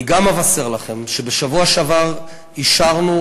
אני גם אבשר לכם שבשבוע שעבר אישרנו,